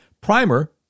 Primer